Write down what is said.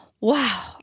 Wow